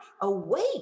awake